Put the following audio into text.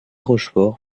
rochefort